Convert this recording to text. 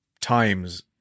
times